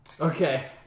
okay